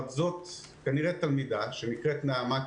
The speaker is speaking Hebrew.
זאת, כנראה, תלמידה שנקראת נעמה.